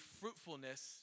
fruitfulness